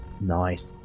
Nice